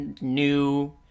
new